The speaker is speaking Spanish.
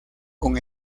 con